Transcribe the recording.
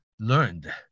learned